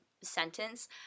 sentence